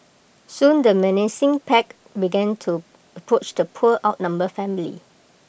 soon the menacing pack began to approach the poor outnumbered family